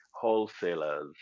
wholesalers